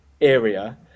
area